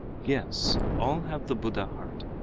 yes, all have the buddha heart.